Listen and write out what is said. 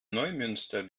neumünster